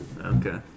Okay